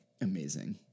Amazing